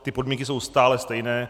Ty podmínky jsou stále stejné.